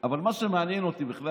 אבל מה שמעניין אותי בכלל,